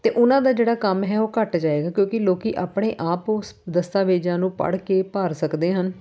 ਅਤੇ ਉਹਨਾਂ ਦਾ ਜਿਹੜਾ ਕੰਮ ਹੈ ਉਹ ਘੱਟ ਜਾਏਗਾ ਕਿਉਂਕਿ ਲੋਕ ਆਪਣੇ ਆਪ ਉਸ ਦਸਤਾਵੇਜ਼ਾਂ ਨੂੰ ਪੜ੍ਹ ਕੇ ਭਰ ਸਕਦੇ ਹਨ